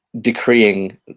decreeing